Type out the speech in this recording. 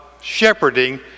shepherding